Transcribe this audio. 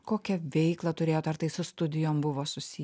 kokią veiklą turėjot ar tai su studijom buvo susiję